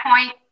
point